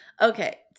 Okay